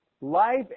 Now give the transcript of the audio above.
Life